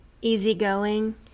easygoing